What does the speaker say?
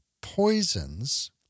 poisons